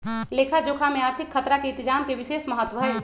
लेखा जोखा में आर्थिक खतरा के इतजाम के विशेष महत्व हइ